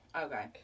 Okay